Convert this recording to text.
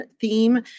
theme